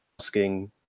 Asking